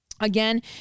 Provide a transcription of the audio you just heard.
Again